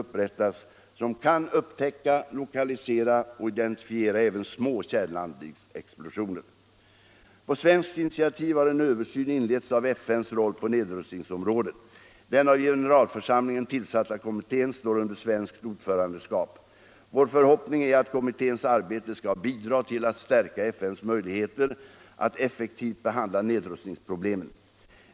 upprättas som kan upptäcka, lokalisera och identifiera även små kärnladdningsexplosioner. På svenskt initiativ har en översyn inletts av FN:s roll på nedrustningsområdet. Den av generalförsamlingen tillsatta kommittén står under svenskt ordförandeskap. Vår förhoppning är att kommitténs arbete skall bidra till att stärka FN:s möjligheter att effektivt behandla nedrustningsproblemen.